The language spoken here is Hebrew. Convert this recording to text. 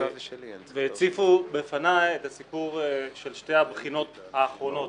והציפו בפניי את הסיפור של שתי הבחינות האחרונות